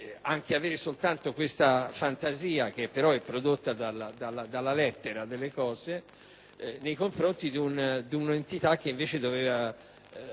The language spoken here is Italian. anche avere soltanto questa fantasia, prodotta però dalla lettera delle cose, nei confronti di un'entità che invece doveva